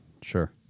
sure